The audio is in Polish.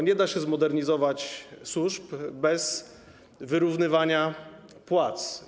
Nie da się zmodernizować służb bez wyrównywania płac.